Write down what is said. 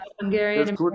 Hungarian